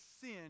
sin